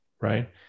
right